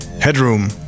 Headroom